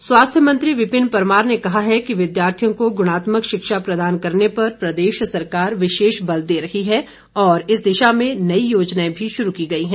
परमार स्वास्थ्य मंत्री विपिन परमार ने कहा है कि विद्यार्थियों को गुणात्मक शिक्षा प्रदान करने पर प्रदेश सरकार विशेष बल दे रही है और इस दिशा में नई योजनाएं भी शुरू की गई हैं